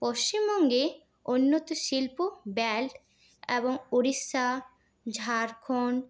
পশ্চিমবঙ্গে উন্নত শিল্প বেল্ট এবং ওড়িশা ঝাড়খণ্ড